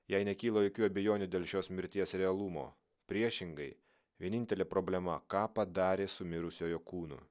jai nekyla jokių abejonių dėl šios mirties realumo priešingai vienintelė problema ką padarė su mirusiojo kūnu